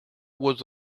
was